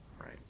Right